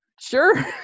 Sure